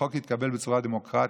והחוק התקבל בצורה דמוקרטית,